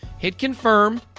hit confirm.